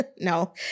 no